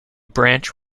branch